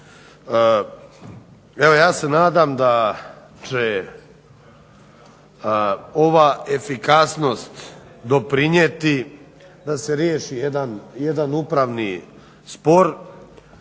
ja se nadam da će ova efikasnost doprinijeti da se riješi jedan upravni spor